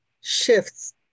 shifts